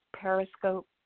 Periscope